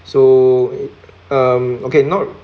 so um okay not